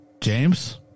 James